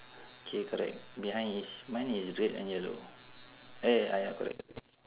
K correct behind is mine is red and yellow eh ah ya correct correct